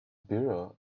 biro